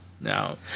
No